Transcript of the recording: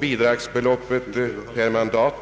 Bidragsbeloppet per mandat